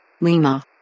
Lima